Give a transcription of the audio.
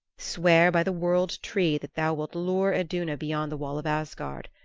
swear by the world-tree that thou wilt lure iduna beyond the wall of asgard.